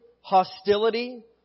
hostility